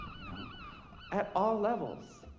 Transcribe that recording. you know at all levels,